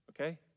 okay